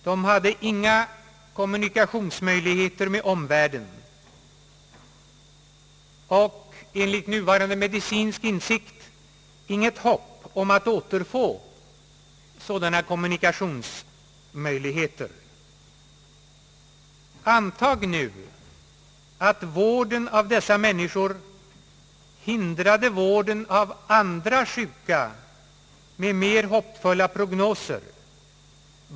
De hade inga möjligheter till kommunikation med omvärlden, och enligt nuvarande medicinsk insikt inget hopp om att återfå sådana kommunikationsmöjligheter. Antag nu att vården av dessa människor hindrade vården av andra människor med mer hoppfulla prognoser.